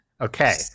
Okay